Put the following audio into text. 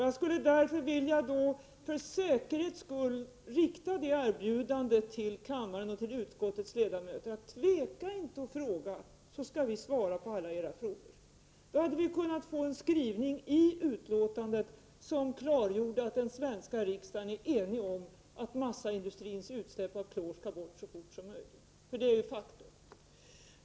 Jag skulle därför vilja för säkerhets skull rikta erbjudandet till kammaren och till utskottets ledamöter: Tveka inte att fråga, så skall vi svara på alla era frågor! Om ni hade frågat litet mera, hade det kunnat bli en skrivning i betänkandet som klargjorde att den svenska riksdagen är enig om att massaindustrins utsläpp av klor skall bort så fort som möjligt, för det är ett faktum.